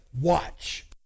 watch